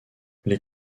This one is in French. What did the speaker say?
les